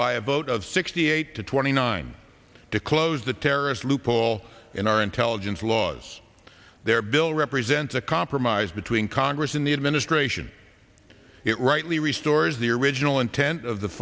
by a vote of sixty eight to twenty nine to close the terrorist loophole in our intelligence laws their bill represents a compromise between congress and the administration it rightly restores the original intent of the